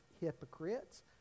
hypocrites